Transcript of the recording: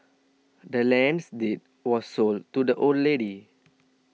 the land's deed was sold to the old lady